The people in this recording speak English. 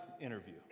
interview